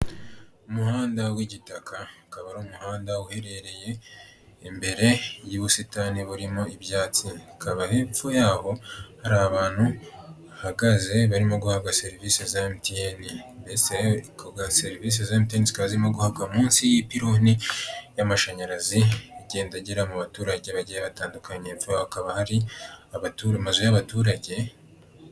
Umuhanda w'igitaka ukaba ari umuhanda uherereye imbere y'ubusitani burimo ibyatsi, ukaba hepfo yaho hari abantu bahagaze barimo guhabwa serivisi za emutiyeni, mbese serivisi za emutiyeni zikaba zirimo guhabwa munsi y'ipiloni y'amashanyarazi igenda igera mu baturage bagiye batandukanye, hepfo yaho hakaba hari amazu y'abaturage.